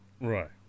right